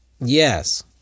Yes